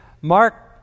Mark